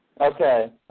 Okay